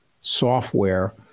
software